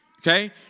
Okay